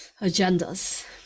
agendas